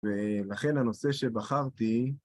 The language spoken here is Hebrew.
ולכן הנושא שבחרתי